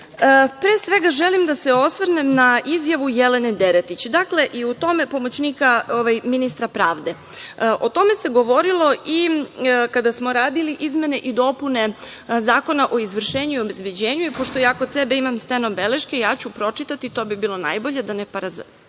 pre svega želim da se osvrnem na izjavu Jelene Deretić, pomoćnika ministra pravde. O tome se govorilo i kada smo radili izmene i dopune Zakona o izvršenju i obezbeđenju i pošto ja kod sebe imam steno beleške ja ću pročitati, to bi bilo najbolje da ne parafraziram,